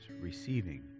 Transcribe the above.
receiving